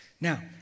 Now